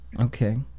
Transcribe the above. okay